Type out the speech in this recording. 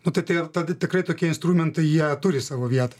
nu tai ir tada tikrai tokie instrumentai jie turi savo vietą